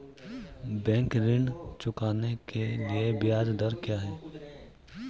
Bank ऋण चुकाने के लिए ब्याज दर क्या है?